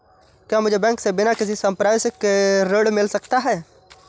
क्या मुझे बैंक से बिना किसी संपार्श्विक के ऋण मिल सकता है?